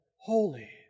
holy